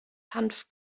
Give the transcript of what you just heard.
hanf